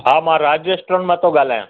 हा मां राज रेस्टोरेंट मां थो ॻाल्हायां